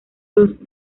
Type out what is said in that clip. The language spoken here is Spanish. los